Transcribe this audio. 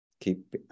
Keep